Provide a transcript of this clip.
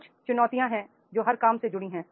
कुछ चुनौतियां हैं जो हर काम से जुड़ी हैं